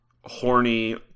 horny